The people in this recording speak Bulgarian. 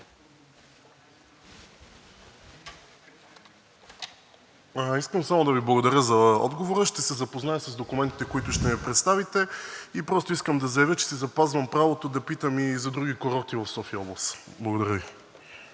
Искам само да Ви благодаря за отговора. Ще се запозная с документите, които ще ни представите, и просто искам да заявя, че си запазвам правото да питам и за други курорти в София област. Благодаря Ви.